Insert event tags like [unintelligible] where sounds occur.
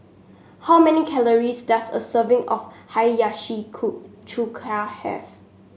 how many calories does a serving of Hiyashi [unintelligible] Chuka have